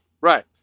Right